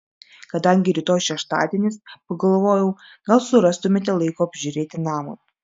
kadangi rytoj šeštadienis pagalvojau gal surastumėte laiko apžiūrėti namui